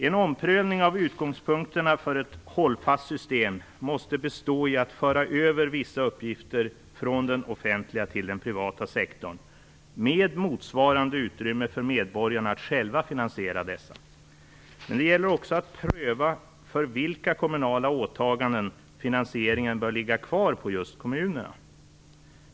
En omprövning av utgångspunkterna för ett hållfast system måste bestå i att föra över vissa uppgifter från den offentliga till den privata sektorn - med motsvarande utrymme för medborgarna att själva finansiera dessa. Men det gäller också att pröva, för vilka kommunala åtaganden finansieringen bör ligga kvar på just kommunerna.